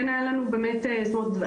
כן היה לנו באמת זאת אומרת,